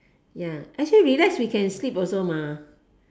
ya actually relax we can sleep also mah